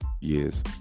years